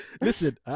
Listen